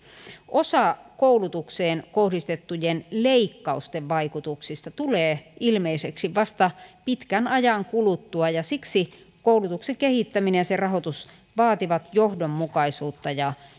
osa koulutukseen kohdistettujen leikkausten vaikutuksista tulee ilmeiseksi vasta pitkän ajan kuluttua ja siksi koulutuksen kehittäminen ja sen rahoitus vaativat johdonmukaisuutta ja